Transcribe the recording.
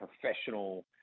professional